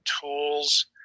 tools